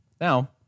Now